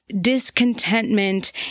discontentment